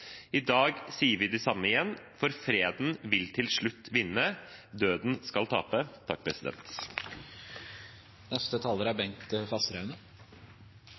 I dag sier vi det same igjen, for freden vil til slutt vinne, døden skal tape. Først vil jeg bare slå fast at det russiske angrepet på Ukraina er